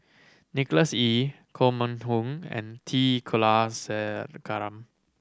Nicholas Ee Koh Mun Hong and T Kulasekaram